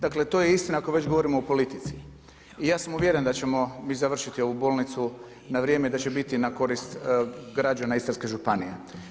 Dakle, to je istina ako već govorimo o politici i ja sam uvjeren da ćemo mi završiti ovu bolnicu na vrijeme i da će biti na korist građana istarske županije.